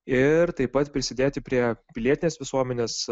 ir taip pat prisidėti prie pilietinės visuomenės